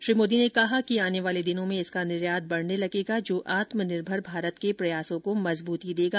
श्री मोदी ने कहा कि आने वाले दिनों में इसका निर्यात बढ़ने लगेगा जो आत्मनिर्भर भारत के प्रयासों को मजबूती देगा